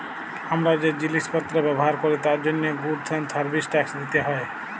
হামরা যে জিলিস পত্র ব্যবহার ক্যরি তার জন্হে গুডস এন্ড সার্ভিস ট্যাক্স দিতে হ্যয়